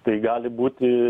tai gali būti